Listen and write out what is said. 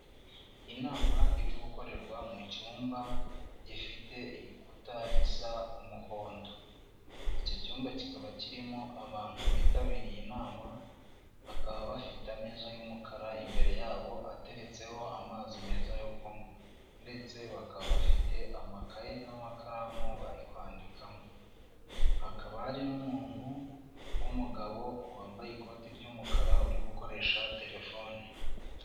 Inama iri gukorerwa mu cyumba gifite ibikuta bisa umuhondo. Icyo cyumba kikaba kirimo abantu bitabiriye inama, bakaba bafite ameza y’umukara imbere yabo ateretseho amazi meza yo kunywa, ndetse bakaba bafite amakaye n’amakaramu bari kwandikamo. Akaba ari n’umuntu w’umugabo wambaye ikoti ry’umukara, uri gukoresha telefone.